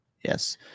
Yes